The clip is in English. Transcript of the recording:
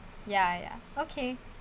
ya ya okay